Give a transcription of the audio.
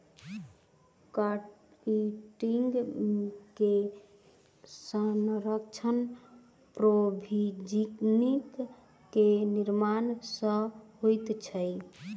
chitin के संरचना प्रोभूजिन के निर्माण सॅ होइत अछि